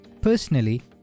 Personally